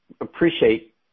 appreciate